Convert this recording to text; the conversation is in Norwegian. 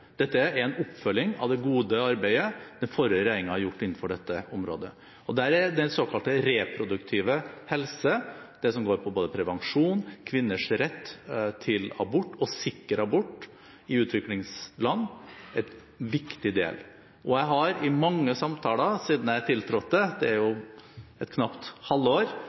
Dette er en oppfølging av det gode arbeidet som den forrige regjeringen har gjort innenfor dette området, og der er den såkalte reproduktive helse i utviklingsland en viktig del – det som går på både prevensjon, kvinners rett til abort og til sikker abort. Og jeg har i mange samtaler siden jeg tiltrådte – for et knapt halvår